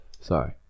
Sorry